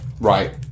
right